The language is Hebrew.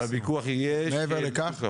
ומעבר לכך?